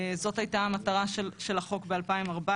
זאת הייתה המטרה של החוק ב-2014,